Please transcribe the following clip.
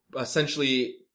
essentially